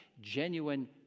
genuine